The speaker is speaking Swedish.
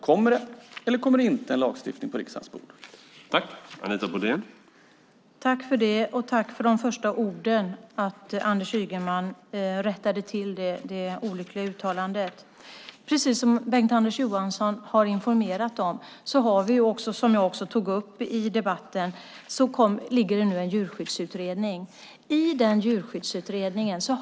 Kommer det en sådan lagstiftning på riksdagens bord eller inte?